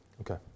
Okay